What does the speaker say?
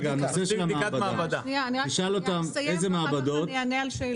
תשאל איזה מעבדות.